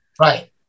right